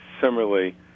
similarly